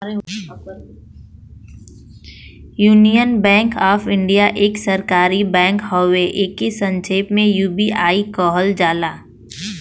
union Bank of India एक सरकारी bank हउवे एके संक्षेप में यू.बी.आई कहल जाला